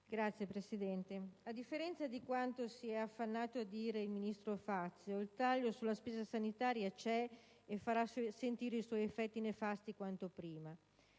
Signora Presidente, a differenza di quanto si è affannato a dire il ministro Fazio, il taglio sulla spesa sanitaria c'è e farà sentire i suoi effetti nefasti quanto prima.